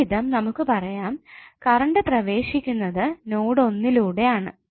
ഇവ്വിധം നമുക്കു പറയാം കറണ്ട് പ്രവേശിക്കുന്നത് നോഡ് ഒന്നിലൂടെ ആണ്